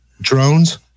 drones